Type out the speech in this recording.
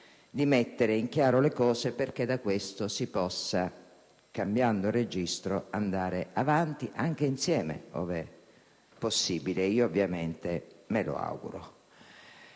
di mettere in chiaro le cose perché da questo si possa, cambiando registro, andare avanti, anche insieme, ove possibile, ed io ovviamente me lo auguro.